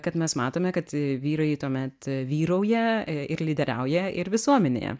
kad mes matome kad vyrai tuomet vyrauja i ir lyderiauja ir visuomenėje